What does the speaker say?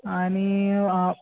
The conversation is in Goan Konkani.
आनी